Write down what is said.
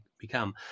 become